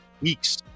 week's